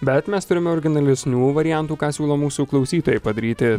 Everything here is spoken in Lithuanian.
bet mes turime originalesnių variantų ką siūlo mūsų klausytojai padaryti